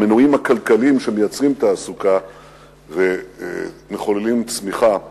במנועים הכלכליים שמייצרים תעסוקה ומחוללים צמיחה בירושלים.